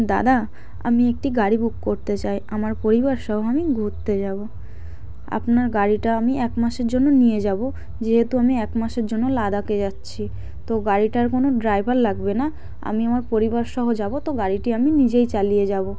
দাদা আমি একটি গাড়ি বুক করতে চাই আমার পরিবারসহ আমি ঘুরতে যাব আপনার গাড়িটা আমি এক মাসের জন্য নিয়ে যাব যেহেতু আমি এক মাসের জন্য লাদাখে যাচ্ছি তো গাড়িটার কোনো ড্রাইভার লাগবে না আমি আমার পরিবারসহ যাব তো গাড়িটি আমি নিজেই চালিয়ে যাব